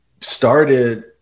started